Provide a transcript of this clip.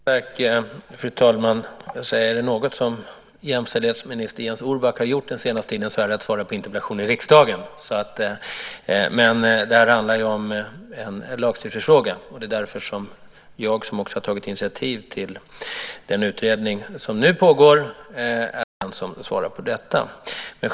Fru talman! Är det något som jämställdhetsminister Jens Orback har gjort den senaste tiden är det att svara på interpellationer i riksdagen. Det här handlar om en lagstiftningsfråga. Det är därför som jag också har tagit initiativ till den utredning som nu pågår och är den som svarar på interpellationen.